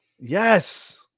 yes